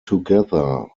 together